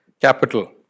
capital